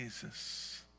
Jesus